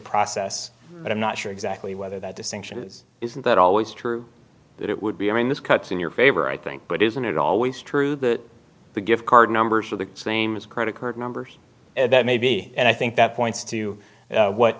process but i'm not sure exactly whether that distinction is isn't that always true that it would be i mean this cuts in your favor i think but isn't it always true that the gift card numbers are the same as credit card numbers and that may be and i think that points to what